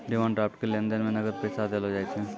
demand draft के लेन देन मे नगद पैसा नै देलो जाय छै